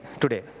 today